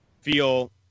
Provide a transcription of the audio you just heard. feel